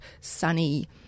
sunny